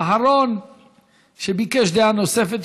האחרון שביקש דעה נוספת,